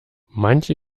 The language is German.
manche